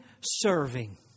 serving